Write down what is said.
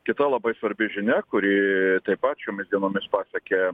kita labai svarbi žinia kuri taip pat šiomis dienomis pasiekė